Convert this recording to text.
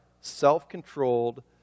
self-controlled